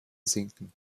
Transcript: sinken